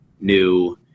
new